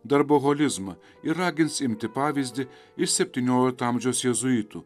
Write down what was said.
darboholizmą ir ragins imti pavyzdį iš septyniolikto amžiaus jėzuitų